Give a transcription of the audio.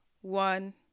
one